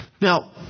Now